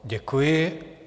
Děkuji.